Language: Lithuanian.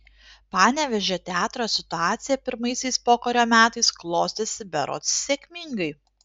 panevėžio teatro situacija pirmaisiais pokario metais klostėsi berods sėkmingai